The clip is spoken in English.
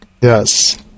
Yes